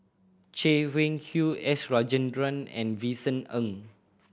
Chay Weng Yew S Rajendran and Vincent Ng